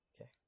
Okay